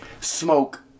smoke